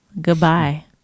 goodbye